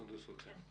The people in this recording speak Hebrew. סונדוס סאלח.